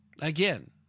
Again